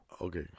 Okay